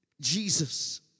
Jesus